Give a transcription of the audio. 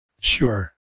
Sure